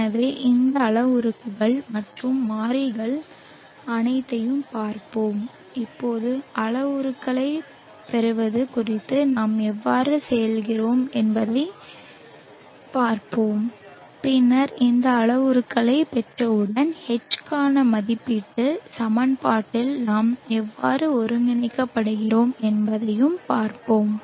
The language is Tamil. எனவே இந்த அளவுருக்கள் மற்றும் மாறிகள் அனைத்தையும் பார்ப்போம் இந்த அளவுருக்களைப் பெறுவது குறித்து நாம் எவ்வாறு செல்கிறோம் என்பதைப் பார்ப்போம் பின்னர் இந்த அளவுருக்களைப் பெற்றவுடன் H க்கான மதிப்பீட்டு சமன்பாட்டில் நாம் எவ்வாறு ஒருங்கிணைக்கப்படுகிறோம் என்பதைப் பார்ப்போம்